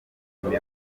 ukuntu